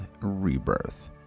rebirth